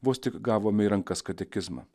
vos tik gavome į rankas katekizmą